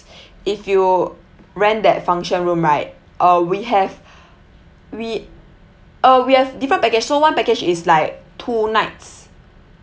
if you rent that function room right uh we have we uh we have different package so one package is like two nights